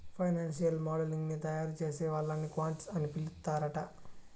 financial modelling ని తయారుచేసే వాళ్ళని క్వాంట్స్ అని పిలుత్తరాంట